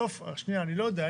שנייה, אני לא יודע.